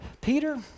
Peter